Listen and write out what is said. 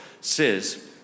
says